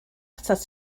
atat